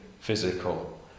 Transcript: physical